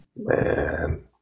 man